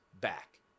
back